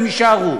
הם יישארו.